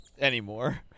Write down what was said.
Anymore